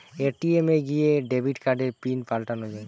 ATM এ গিয়ে debit কার্ডের পিন পাল্টানো যায়